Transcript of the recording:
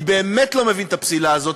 אני באמת לא מבין את הפסילה הזאת.